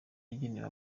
yagenewe